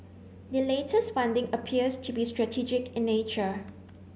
the latest funding appears to be strategic in nature